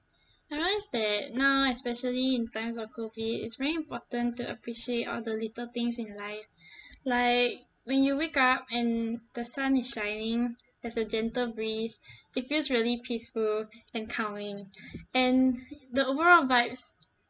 I realise that now especially in times of COVID it's very important to appreciate all the little things in life like when you wake up and the sun is shining there's a gentle breeze it feels really peaceful and calming and the overall vibes